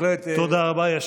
תודה רבה.